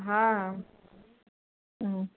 हा हा